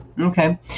Okay